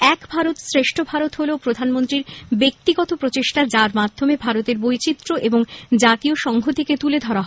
এক ভারত শ্রেষ্ঠ ভারত হল প্রধানমন্ত্রীর ব্যক্তিগত প্রচেষ্টা যার মাধ্যমে ভারতের বৈচিত্র্য এবং জাতীয় সংহতিকে তুলে ধরা হয়